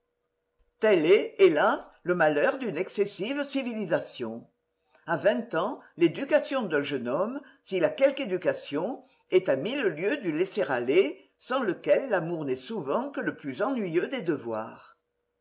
tel est hélas le malheur d'une excessive civilisation a vingt ans l'éducation d'un jeune homme s'il a quelque éducation est à mille lieues du laisser-aller sans lequel l'amour n'est souvent que le plus ennuyeux des devoirs